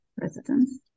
residents